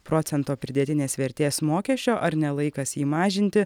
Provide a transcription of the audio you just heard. procento pridėtinės vertės mokesčio ar ne laikas jį mažinti